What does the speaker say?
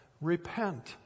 repent